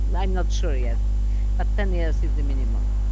i'm not sure yet but ten years is the minimum.